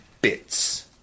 bits